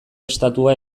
estatua